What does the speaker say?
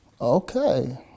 Okay